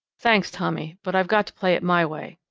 thanks, tommy. but i've got to play it my way.